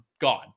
gone